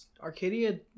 arcadia